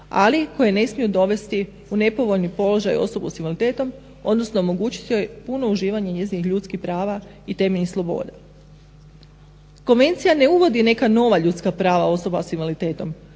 ali koje ne smiju dovesti u nepovoljni položaj osobu s invaliditetom odnosno omogućiti joj puno uživanje njezinih ljudskih prava i temeljnih sloboda. Konvencija ne uvodi neka nova ljudska prava osoba s invaliditetom